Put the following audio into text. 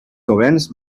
governs